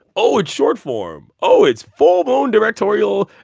oh, it's short-form. oh, it's full-blown directorial,